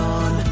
on